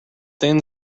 thin